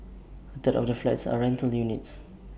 A third of the flats are rental units